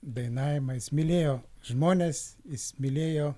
dainavimą jis mylėjo žmones jis mylėjo